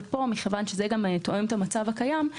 אבל מכיוון שזה תואם את המצב הקיים,